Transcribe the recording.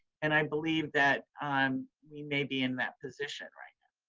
and i believe that um we may be in that position right